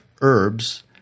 herbs